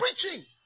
preaching